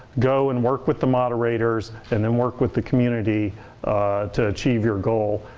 go and work with the moderators and then work with the community to achieve your goal.